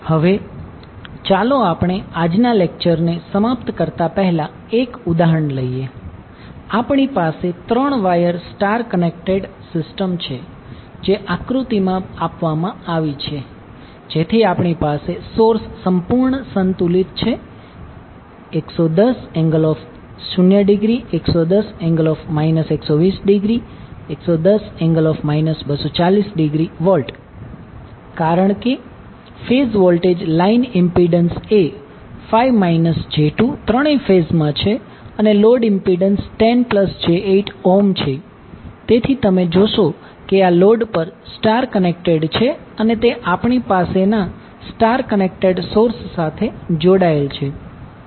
હવે ચાલો આપણે આજના લેક્ચરને સમાપ્ત કરતા પહેલા એક ઉદાહરણ લઈએ આપણી પાસે 3 વાયર સ્ટાર કનેક્ટેડ સિસ્ટમ છે જે આકૃતિમાં આપવામાં આવી છે જેથી આપણી પાસે સોર્સ સંપૂર્ણ સંતુલિત છે 110∠0° 110∠ 120° 110∠ 240°વોલ્ટ કારણ કે ફેઝ વોલ્ટેજ લાઈન ઇમ્પિડન્સ એ 5 j2 ત્રણેય ફેઝમાં છે અને લોડ ઇમ્પિડન્સ 10j8 ઓહ્મ છે તેથી તમે જોશો કે આ લોડ પણ સ્ટાર કનેક્ટેડ છે અને તે આપણી પાસે ના સ્ટાર કનેક્ટેડ સોર્સ સાથે જોડાયેલ છે